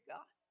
God